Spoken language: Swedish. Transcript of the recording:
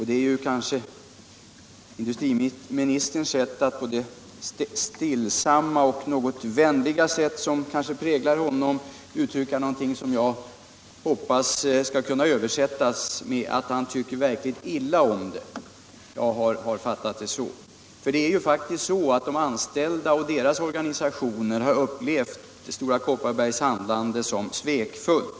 Det är kanske industriministerns litet stillsamma och vänliga sätt att uttrycka någonting som jag hoppas skall kunna översättas med att han tycker verkligt illa om den. Jag har fattat det så. De anställda och deras organisationer har faktiskt uppfattat Stora Kopparbergs handlande som svekfullt.